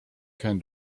can